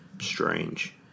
strange